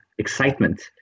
excitement